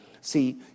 see